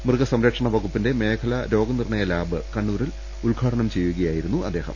മൃഗസംരക്ഷണ വകുപ്പിന്റെ മേഖലാ രോഗനിർ ണ്ണയ ലാബ് കണ്ണൂരിൽ ഉദ്ഘാടനം ചെയ്യുകയായിരുന്നു അദ്ദേഹം